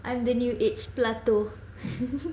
and the new age plato